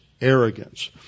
arrogance